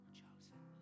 chosen